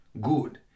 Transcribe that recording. Good